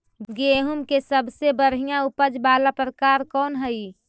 गेंहूम के सबसे बढ़िया उपज वाला प्रकार कौन हई?